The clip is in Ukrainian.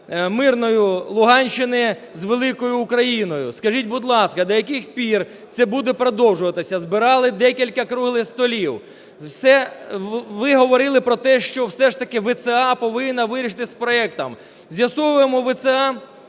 мирної Луганщини з великою Україною. Скажіть, будь ласка, до яких пір це буде продовжуватися? Збирали декілька круглих столів, все… ви говорили про те, що все ж таки ВЦА повинна вирішити з проектом. З'ясовуємо: ВЦА